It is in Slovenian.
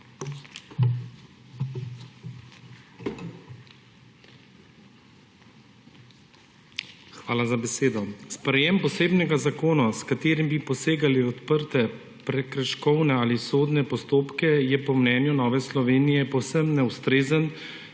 Hvala za besedo. Sprejetje posebnega zakona, s katerim bi posegali v odprte prekrškovne ali sodne postopke, je po mnenju Nove Slovenije povsem neustrezno